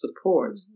support